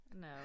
No